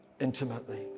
intimately